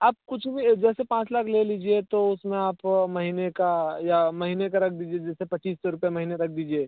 आप कुछ भी जैसे पाँच लाख ले लीजिए तो उस में आप महीने का या महीने का रख दीजिए जैसे पच्चीस सौ रुपये महीने रख दीजिए